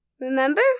Remember